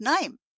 name